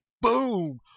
boom